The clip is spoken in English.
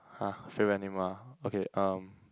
!huh! favourite animal ah okay um